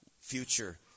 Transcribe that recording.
future